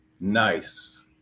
nice